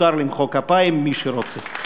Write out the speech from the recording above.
מותר למחוא כפיים, מי שרוצה.